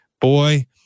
boy